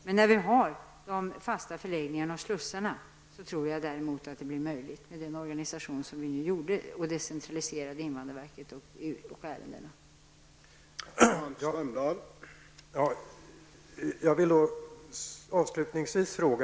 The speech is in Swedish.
Jag tror däremot att det blir möjligt när vi har de fasta förläggningarna och slussarna, i den organisation som vi genomfört med en decentralisering av invandrarverket och av handläggningen av ärendena.